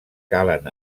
calen